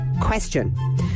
question